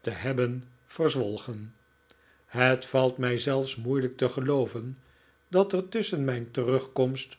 te hebben verzwolgen het valt mij zelfs moeilijk te gelooven dat er tusschen mijn terugkomst